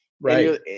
Right